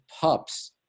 pups